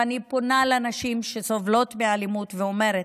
ואני פונה לנשים שסובלות מאלימות ואומרת: